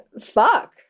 fuck